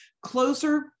closer